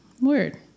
Word